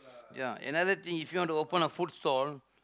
ya another thing if you want to open a food stall